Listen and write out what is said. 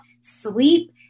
sleep